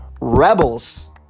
rebels